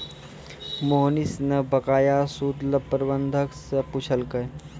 मोहनीश न बकाया सूद ल प्रबंधक स पूछलकै